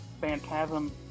Phantasm